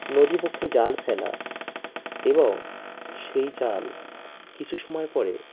নদী বক্ষে জাল ফেলা এবং সেই জাল কিছু সময় পরে